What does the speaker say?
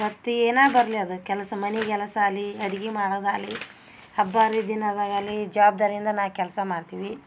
ಮತ್ತು ಏನಾ ಬರಲಿ ಅದು ಕೆಲಸ ಮನಿಗೆಲಸ ಆಗಲಿ ಅಡ್ಗಿ ಮಾಡೋದು ಆಗಲಿ ಹಬ್ಬ ಹರಿದಿನದಾಗ ಆಗಲಿ ಜವಬ್ದಾರಿಯಿಂದ ನಾ ಕೆಲಸ ಮಾಡ್ತೀವಿ